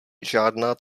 žádná